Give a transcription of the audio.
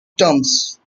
terms